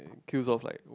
kills of like